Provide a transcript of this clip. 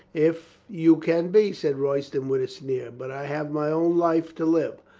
if you can be, said royston with a sneer. but i have my own life to live.